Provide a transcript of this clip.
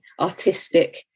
artistic